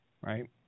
right